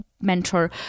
mentor